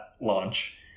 launch